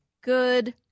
good